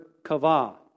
Kava